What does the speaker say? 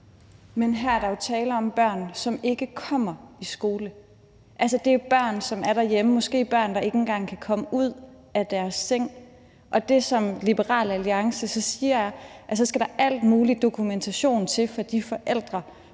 Her er der jo tale om børn, som ikke kommer i skole. Altså, det er børn, som er derhjemme, måske børn, der ikke engang kan komme ud af deres seng. Det, som Liberal Alliance så siger, er, at der så skal alt mulig dokumentation til for de forældre